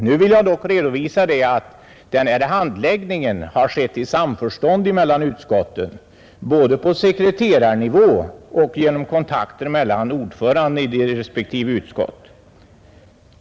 Jag vill också redovisa att denna handläggning har skett i samförstånd mellan utskotten, både på sekreterarnivå och genom kontakter mellan ordförandena i respektive utskott.